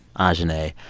ajahnay,